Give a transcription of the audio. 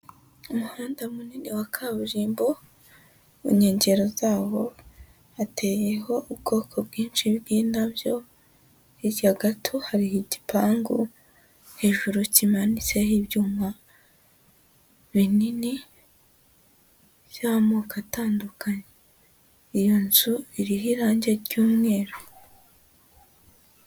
Umuhanda munini wa kaburimbo, ku nkengeraro zawo, hateyeho ubwoko bwinshi bw'indabyo, hirya gato hari igipangu hejuru kimanitseho ibyuma binini, by'amoko atandukanye, iyo nzu iriho irange ry'umweru.